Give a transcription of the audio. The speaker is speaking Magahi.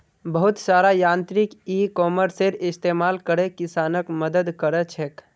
बहुत सारा यांत्रिक इ कॉमर्सेर इस्तमाल करे किसानक मदद क र छेक